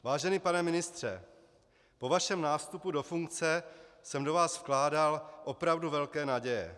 Vážený pane ministře, po vašem nástupu do funkce jsem do vás vkládal opravdu velké naděje.